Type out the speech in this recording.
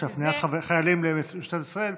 של הפניית חיילים למשטרת ישראל.